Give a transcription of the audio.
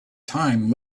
time